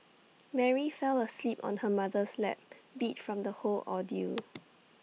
Mary fell asleep on her mother's lap beat from the whole ordeal